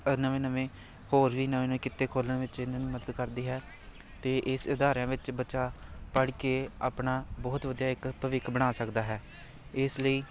ਨਵੇਂ ਨਵੇਂ ਹੋਰ ਵੀ ਨਵੇਂ ਨਵੇਂ ਕਿੱਤੇ ਖੋਲਣ ਵਿੱਚ ਇਹਨਾਂ ਨੂੰ ਮਦਦ ਕਰਦੀ ਹੈ ਅਤੇ ਇਸ ਅਦਾਰਿਆ ਵਿੱਚ ਬੱਚਾ ਪੜ੍ਹ ਕੇ ਆਪਣਾ ਬਹੁਤ ਵਧੀਆ ਇੱਕ ਭਵਿੱਖ ਬਣਾ ਸਕਦਾ ਹੈ ਇਸ ਲਈ